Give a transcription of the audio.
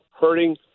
hurting